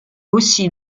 aussi